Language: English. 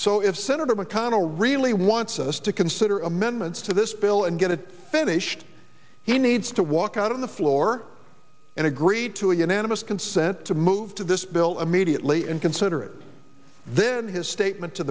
so if senator mcconnell really wants us to consider amendments to this bill and get it finished he needs to walk out on the floor and agree to a unanimous consent to move to this bill immediately and consider it then his statement to